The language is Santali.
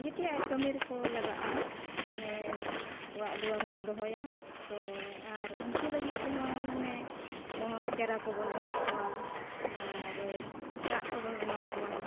ᱡᱚᱛᱚᱣᱟᱜ ᱠᱟᱹᱢᱤ ᱨᱮᱠᱚ ᱞᱟᱜᱟᱜᱼᱟ ᱢᱟᱱᱮ ᱚᱲᱟᱜᱼᱫᱩᱣᱟᱹᱨ ᱦᱚᱸᱠᱚ ᱫᱚᱦᱚᱭᱟ ᱛᱚ ᱟᱨ ᱩᱱᱠᱩ ᱞᱟᱹᱜᱤᱫ ᱛᱮᱦᱚᱸ ᱢᱟᱱᱢᱮ ᱟᱵᱚᱦᱚᱸ ᱪᱟᱨᱟ ᱠᱚᱵᱚᱱ ᱮᱢᱟ ᱠᱚᱣᱟ ᱟᱨ ᱫᱟᱜ ᱠᱚᱵᱚᱱ ᱮᱢᱟ ᱠᱚᱣᱟ